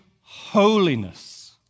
holiness